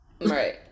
Right